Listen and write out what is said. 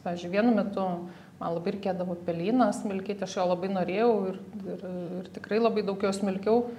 pavyzdžiui vienu metu man labai reikėdavo pelyną smilkyt aš jo labai norėjau ir ir ir tikrai labai daug jo smilkiau